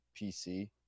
PC